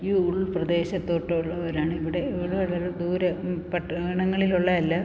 ഈ ഉൾപ്രദേശത്തോട്ടുള്ളവരാണ് ഇവിടെ ഇവിടെ വരെയുള്ള ദൂരം പട്ടണങ്ങളിൽ ഉള്ളതല്ല